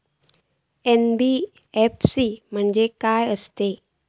NBFC म्हणजे खाय आसत?